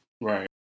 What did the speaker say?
right